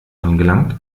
angelangt